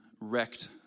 wrecked